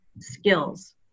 skills